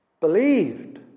believed